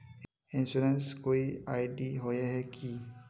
Insurance कोई ID होय है की?